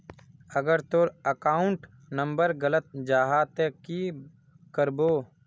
अगर तोर account number गलत जाहा ते की करबो?